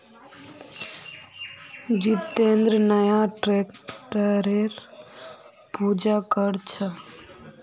जितेंद्र नया ट्रैक्टरेर पूजा कर छ